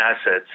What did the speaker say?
assets